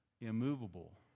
immovable